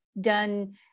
done